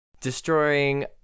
destroying